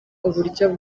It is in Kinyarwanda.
uburyo